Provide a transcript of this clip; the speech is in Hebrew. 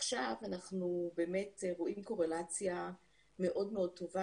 עכשיו אנחנו באמת רואים קורלציה מאוד מאוד טובה,